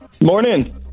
morning